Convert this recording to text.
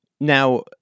Now